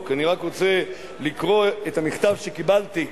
- אני רק רוצה לקרוא את המכתב שקיבלתי.